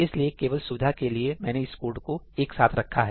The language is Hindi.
इसलिए केवल सुविधा के लिए मैंने इस कोड को एक साथ रखा है